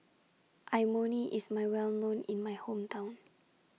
Imoni IS My Well known in My Hometown